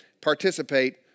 participate